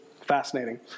fascinating